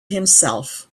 himself